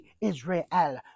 Israel